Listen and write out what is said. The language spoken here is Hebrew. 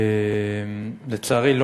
לצערי,